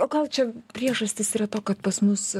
o gal čia priežastys yra to kad pas mus